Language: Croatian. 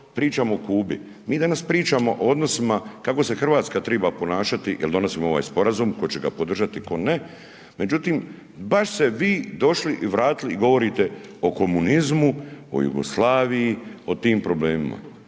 pričamo o Kubi, mi danas pričamo o odnosima, kako se Hrvatska treba ponašati, jer donosimo ovaj sporazum, tko će podržati ili ne. Međutim, baš ste vi došli i vratili i govorite o komunizmu, o Jugoslaviji, o tim problemima.